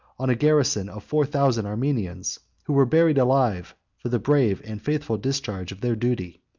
on a garrison of four thousand armenians, who were buried alive for the brave and faithful discharge of their duty.